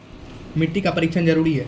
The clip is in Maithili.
मिट्टी का परिक्षण जरुरी है?